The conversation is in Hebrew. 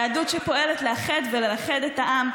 יהדות שפועלת לאחד וללכד את העם,